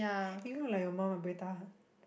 you look like your mum I buay tahan